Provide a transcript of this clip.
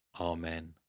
Amen